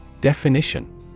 Definition